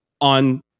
on